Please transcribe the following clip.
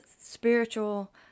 spiritual